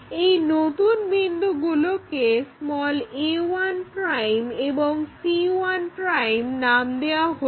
এই নতুন বিন্দুগুলোকে a1 এবং c1 নাম দেওয়া হলো